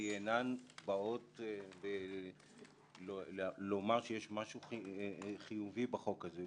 אינן באות לומר שיש משהו חיובי בחוק הזה.